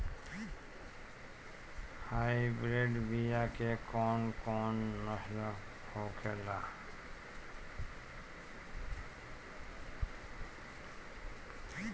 Hybrid बीया के कौन कौन नस्ल होखेला?